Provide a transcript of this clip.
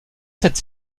cette